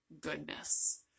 goodness